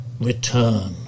return